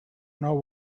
know